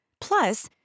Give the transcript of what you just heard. Plus